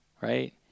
right